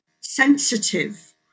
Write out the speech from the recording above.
sensitive